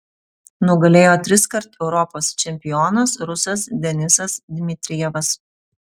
nugalėjo triskart europos čempionas rusas denisas dmitrijevas